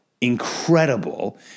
incredible